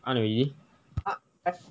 按 already